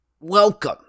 welcome